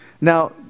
Now